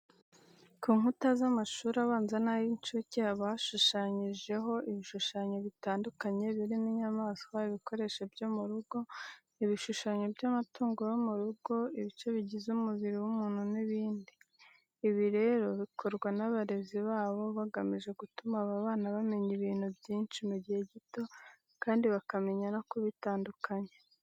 Ku nkuta z'amashuri abanza n'ay'incuke haba hashushanyijeho ibishushanyo bitandukanye birimo inyamaswa, ibikoresho byo mu rugo, ibishushanyo by'amatungo yo mu rugo, ibice bigize umubiri w'umuntu n'ibindi. Ibi rero bikorwa n'abarezi babo bagamije gutuma aba bana bamenya ibintu byinshi mu gihe gito kandi bakamenya no kubitandukanya.